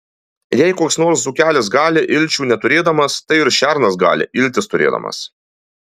jei koks nors dzūkelis gali ilčių neturėdamas tai ir šernas gali iltis turėdamas